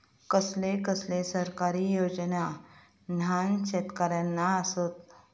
कसले कसले सरकारी योजना न्हान शेतकऱ्यांना आसत?